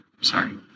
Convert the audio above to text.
Sorry